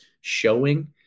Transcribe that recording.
showing